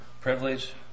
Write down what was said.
privilege